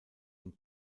den